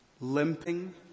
limping